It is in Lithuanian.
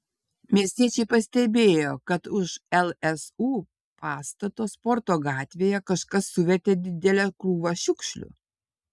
miestiečiai pastebėjo kad už lsu pastato sporto gatvėje kažkas suvertė didelę krūvą šiukšlių